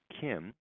Kim